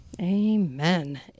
Amen